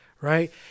right